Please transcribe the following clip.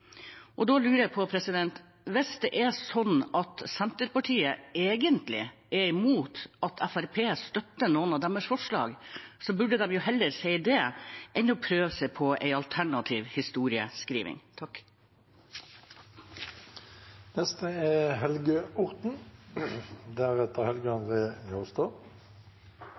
Og da lurer jeg på om det er sånn at Senterpartiet egentlig er imot at Fremskrittspartiet støtter noen av deres forslag. Da burde de jo heller si det enn å prøve seg på en alternativ historieskriving. Helge Orten [15:43:37]: Denne debatten er